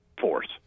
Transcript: force